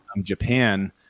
Japan